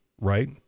right